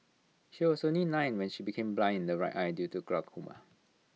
she was only nine when she became blind in her right eye due to glaucoma